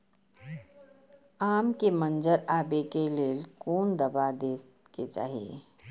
आम के मंजर आबे के लेल कोन दवा दे के चाही?